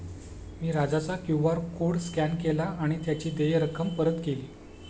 मी राजाचा QR code scan केला आणि त्याची देय रक्कम परत केली